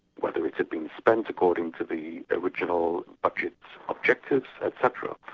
whether it had been spent according to the original budget's objectives etc.